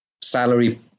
Salary